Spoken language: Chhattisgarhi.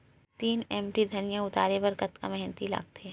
तीन एम.टी धनिया उतारे बर कतका मेहनती लागथे?